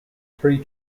three